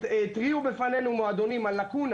התריעו בפנינו מועדונים על לקונה